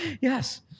Yes